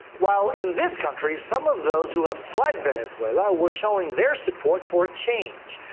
while in this country some of those who have fled venezuela were showing their support for change.